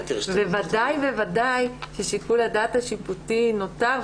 בוודאי ובוודאי ששיקול הדעת השיפוטי נוטה,